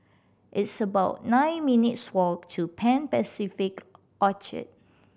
it's about nine minutes' walk to Pan Pacific Orchard